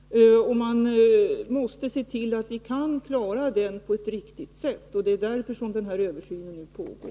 Vi måste se till att vi kan klara den på ett riktigt sätt, och det är därför den här översynen nu pågår.